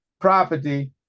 property